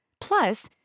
Plus